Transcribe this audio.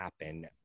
happen